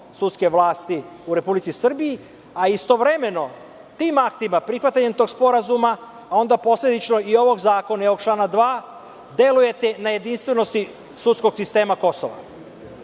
sudske vlasti u Republici Srbiji, a istovremeno tim aktima, prihvatanjem tog sporazuma onda posledično i ovog zakona i ovog člana 2, delujete na jedinstvenosti sudskog sistema Kosova? To